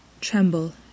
tremble